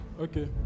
Okay